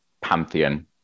pantheon